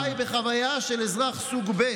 חצי מהעם שלך חי בחוויה של אזרח סוג ב',